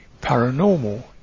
paranormal